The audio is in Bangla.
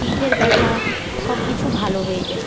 পিঠের ব্যথা সব কিছু ভালো হয়ে যায়